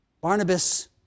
Barnabas